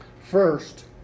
First